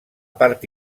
part